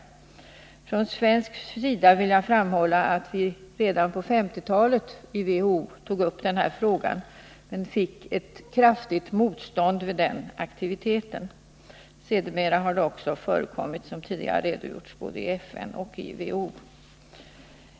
Jag vill framhålla att vi från svensk sida redan på 1950-talet tog upp frågan i WHO men fick ett kraftigt motstånd mot denna aktivitet. Sedermera har initiativ tagits i både FN och WHO.